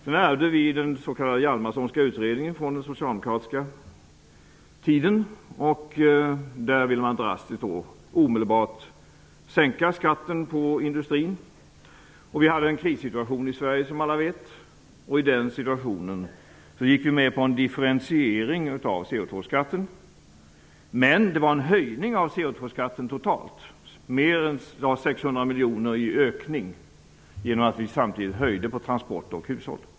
Sedan ärvde vi den s.k. Hjalmarssonska utredningen från den socialdemokratiska tiden, och där ville man drastiskt och omedelbart sänka skatten för industrin. Vi hade en krissituation i Sverige då, som alla vet, och i den situationen gick vi med på en differentiering av CO2-skatten. Men det innebar totalt sett en höjning av CO2-skatten. Det var en ökning med mer än 600 miljoner, genom att vi höjde skatten på transporter och hushåll.